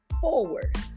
forward